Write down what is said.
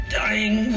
dying